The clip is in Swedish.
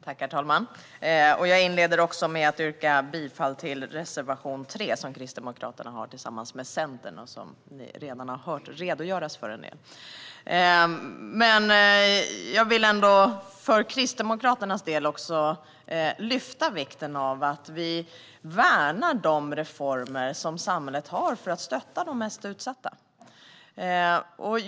Herr talman! Jag inleder också med att yrka bifall till reservation 3, som Kristdemokraterna har tillsammans med Centerpartiet och som vi redan har hört redogöras för en del. Jag vill för Kristdemokraternas del också lyfta fram vikten av att vi värnar samhällets reformer för att stötta de mest utsatta.